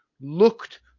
looked